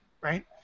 right